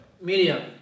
Medium